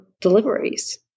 deliveries